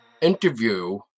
interview